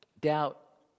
Doubt